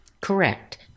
Correct